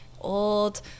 old